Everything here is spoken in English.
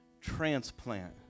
transplant